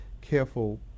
careful